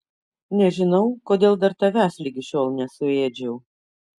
nežinau kodėl dar tavęs ligi šiol nesuėdžiau